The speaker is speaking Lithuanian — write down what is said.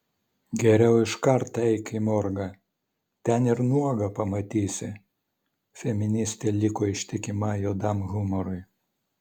geriau iškart eik į morgą ten ir nuogą pamatysi feministė liko ištikima juodam humorui